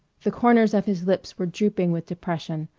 the corners of his lips were drooping with depression,